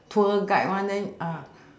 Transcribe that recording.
tour guide one eh ah